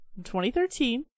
2013